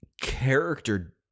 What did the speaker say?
character